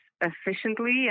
efficiently